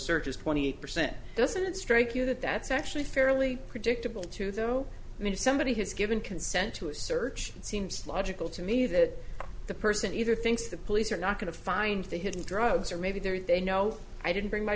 searches twenty percent doesn't it strike you that that's actually fairly predictable too though i mean if somebody has given consent to a search it seems logical to me that the person either thinks the police are not going to find the hidden drugs or maybe they're they know i didn't bring my